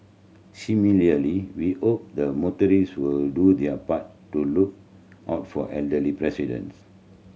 similarly we hope the motorist will do their part to look out for elderly presidents